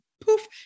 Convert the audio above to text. Poof